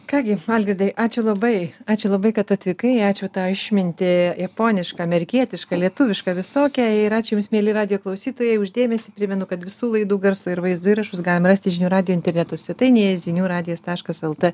ką gi algirdai ačiū labai ačiū labai kad atvykai ačiū tą išmintį japonišką amerikietišką lietuvišką visokią ir ačiū jums mieli radijo klausytojai už dėmesį primenu kad visų laidų garso ir vaizdo įrašus galim rasti žinių radijo interneto svetainėje zinių radijas taškas lt